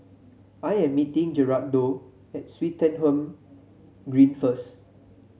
I am meeting Gerardo at Swettenham Green first